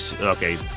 okay